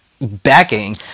backing